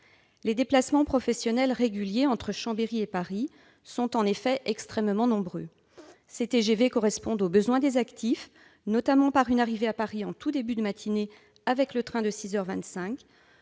Les déplacements professionnels réguliers entre Chambéry et Paris sont en effet extrêmement nombreux. Ces TGV correspondent aux besoins des actifs, notamment parce qu'ils leur permettent d'arriver à Paris en tout début de matinée par le train de 6